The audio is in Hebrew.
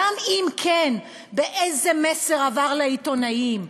גם אם כן, איזה מסר עבר לעיתונאים?